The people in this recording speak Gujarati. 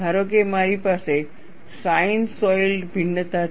ધારો કે મારી પાસે સાઇનસૉઇડલ ભિન્નતા છે